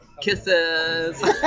kisses